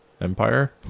Empire